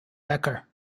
becker